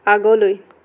আগলৈ